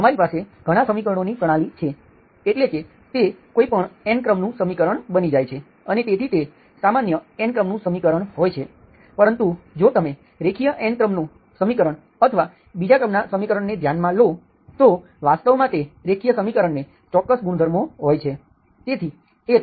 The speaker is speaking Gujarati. તમારી પાસે ઘણાં સમીકરણોની પ્રણાલી છે એટલે કે તે કોઈપણ n ક્રમનું સમીકરણ બની જાય છે અને તેથી તે સામાન્ય n ક્રમનું સમીકરણ હોય છે પરંતુ જો તમે રેખીય n ક્રમનું સમીકરણ અથવા બીજા ક્રમના સમીકરણને ધ્યાનમાં લો તો વાસ્તવમાં તે રેખીય સમીકરણને ચોક્કસ ગુણધર્મો હોય છે